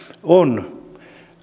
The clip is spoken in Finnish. on